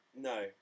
No